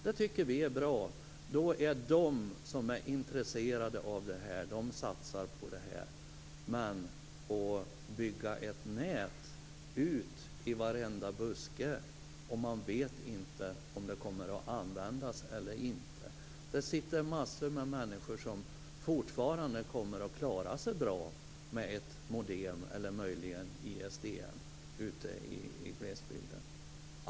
Vi tycker att det är bra. De som är intresserade av det här satsar på det. Men man ska inte bygga ett nät ut i varenda buske om man inte vet om det kommer att användas eller inte. Det finns massor med människor som fortfarande kommer att klara sig bra med ett modem eller möjligen ISDN ute i glesbygden.